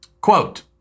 Quote